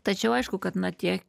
tačiau aišku kad na tie